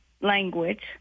language